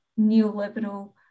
neoliberal